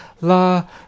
la